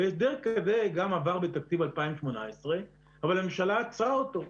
והסדר כזה עבר גם בתקציב 2018 אבל הממשלה עצרה אותו.